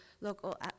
local